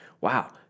wow